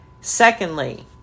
Secondly